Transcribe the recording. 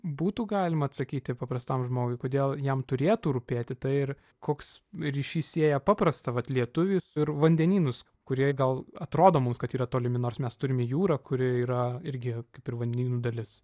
būtų galima atsakyti paprastam žmogui kodėl jam turėtų rūpėti tai ir koks ryšys sieja paprastą vat lietuvį ir vandenynus kurie gal atrodo mums kad yra tolimi nors mes turime jūrą kuri yra irgi kaip ir vandenynų dalis